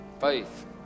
Faith